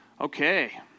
Okay